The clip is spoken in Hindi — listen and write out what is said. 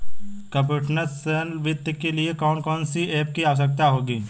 कंप्युटेशनल वित्त के लिए कौन कौन सी एप की आवश्यकता होगी?